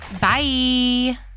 Bye